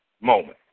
moment